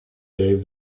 gave